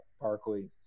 Barkley